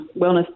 wellness